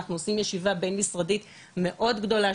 אנחנו עשים ישיבה בין-משרדית מאוד גדולה,